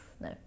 no